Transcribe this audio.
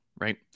right